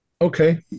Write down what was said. Okay